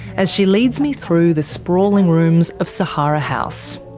as she leads me through the sprawling rooms of sahara house.